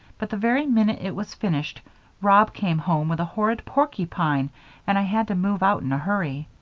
but the very minute it was finished rob came home with a horrid porcupine and i had to move out in a hurry.